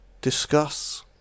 discuss